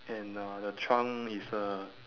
and uh the trunk is uh